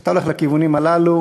כשאתה הולך לכיוונים הללו